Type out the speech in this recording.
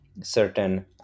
certain